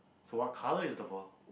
so what colour is the ball